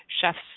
chefs